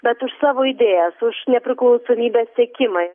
bet už savo idėjas už nepriklausomybę sekimai